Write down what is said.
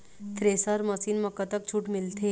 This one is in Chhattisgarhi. थ्रेसर मशीन म कतक छूट मिलथे?